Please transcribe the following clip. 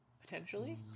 Potentially